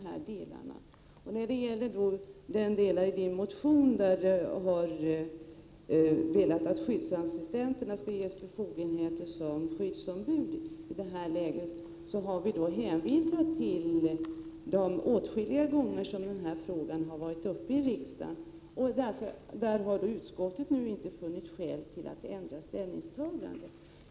När det gäller den del av Margareta Hemmingssöns motion där hon vill att skyddsassistenterna skall ges befogenheter som skyddsombud har utskottet hänvisat till att frågan har behandlats i riksdagen åtskilliga gånger. Utskottet har därför inte funnit skäl att nu ändra sitt ställningstagande.